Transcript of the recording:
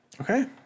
Okay